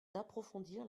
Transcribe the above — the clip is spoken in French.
d’approfondir